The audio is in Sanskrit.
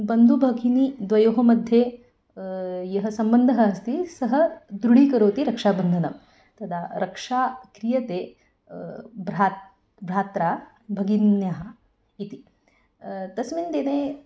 बन्धुभगिनी द्वयोः मध्ये यः सम्बन्धः अस्ति सः दृढीकरोति रक्षाबन्धनं तदा रक्षा क्रियते भ्रातुः भ्रात्रा भगिन्यः इति तस्मिन् दिने